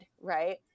Right